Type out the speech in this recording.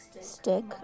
stick